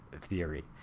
theory